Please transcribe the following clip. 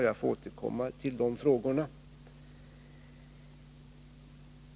Jag får återkomma till de frågorna.